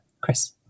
Chris